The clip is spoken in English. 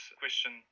question